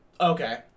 Okay